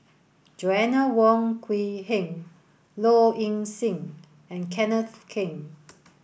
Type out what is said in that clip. Joanna Wong Quee Heng Low Ing Sing and Kenneth Keng